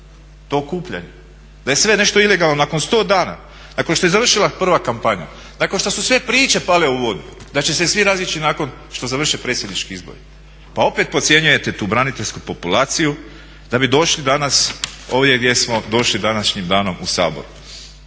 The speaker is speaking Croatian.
to okupljanje, da je sve nešto ilegalno nakon sto dana, nakon što je završila prva kampanja, nakon što su sve priče pale u vodu da će se svi razići nakon što završe predsjednički izbori. Pa opet podcjenjujete tu braniteljsku populaciju da bi došli danas ovdje gdje smo došli današnjim danom u Sabor.